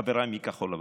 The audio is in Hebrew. חבריי מכחול לבן.